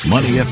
Money